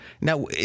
Now